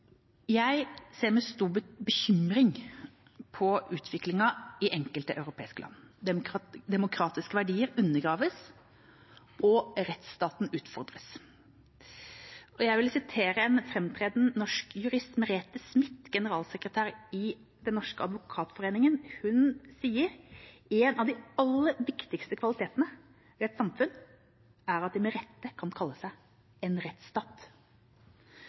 Jeg ser med stor bekymring på utviklingen i enkelte europeiske land. Demokratiske verdier undergraves, og rettsstaten utfordres. Jeg vil sitere en framtredende norsk jurist, Merete Smith, generalsekretær i Den Norske Advokatforening. Hun sier: «En av de aller viktigste kvalitetene ved et samfunn er at det med rette kan kalle seg en rettsstat.»